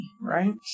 right